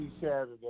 Saturday